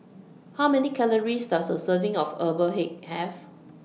How Many Calories Does A Serving of Herbal Egg Have